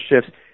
shifts